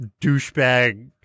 douchebag